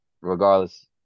regardless